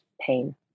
pain